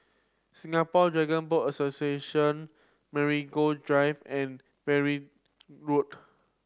Singapore Dragon Boat Association Marigold Drive and Verdun Road